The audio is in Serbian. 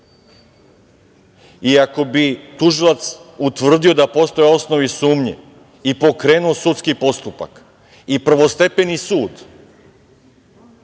ako bi tužilac utvrdio da postoje osnovi sumnje i pokrenuo sudski postupak i prvostepeni sud